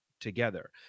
together